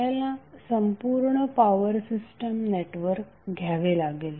आपल्याला संपूर्ण power system network घ्यावे लागेल